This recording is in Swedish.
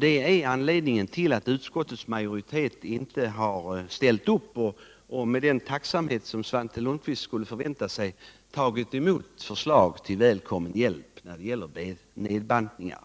Detta är anledningen till att utskottets majoritet inte har ställt upp och med den tacksamhet som Svante Lundkvist förväntat sig tagit emot förslagen som en välkommen hjälp till nedbantningar.